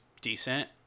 decent